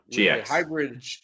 hybrid